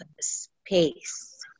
space